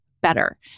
better